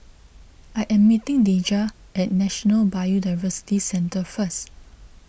I am meeting Deja at National Biodiversity Centre first